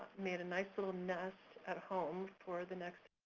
made a nice little nest at home for the next.